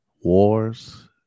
wars